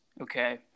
okay